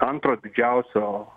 antro didžiausio